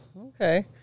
okay